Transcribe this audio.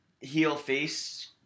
heel-face